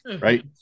right